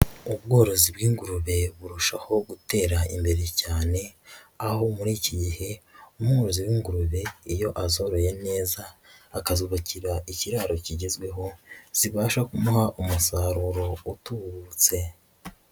Ubworozi bw'ingurube burushaho gutera imbere cyane, aho muri iki gihe umwozi w'ingurube iyo azoroye neza, akazubakira ikiraro kigezweho, zibasha kumuha umusaruro utubutse.